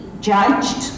judged